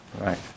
Right